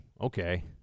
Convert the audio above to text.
okay